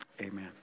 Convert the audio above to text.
amen